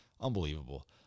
Unbelievable